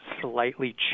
slightly